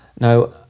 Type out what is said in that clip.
Now